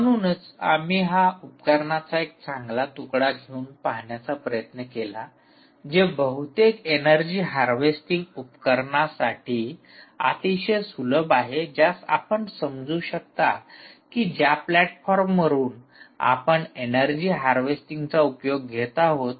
म्हणूनच आम्ही हा उपकरणाचा एक चांगला तुकडा घेऊन पाहण्याचा प्रयत्न केला जे बहुतेक ऐनर्जी हार्वेस्टिंग उपकरणासाठी अतिशय सुलभ आहे ज्यास आपण समजू शकता की ज्या प्लॅटफॉर्मवरुन आपण ऐनर्जी हार्वेस्टिंगचा उपयोग घेत आहोत